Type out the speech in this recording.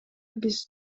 биз